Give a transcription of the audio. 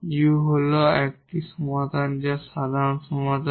𝑢 হল একটি সমাধান বা সাধারণ সমাধান